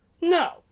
No